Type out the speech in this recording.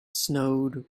snowed